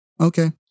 okay